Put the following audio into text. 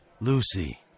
Lucy